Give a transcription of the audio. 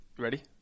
Ready